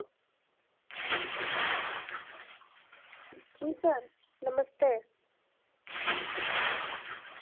जी sir नमस्ते